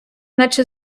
наче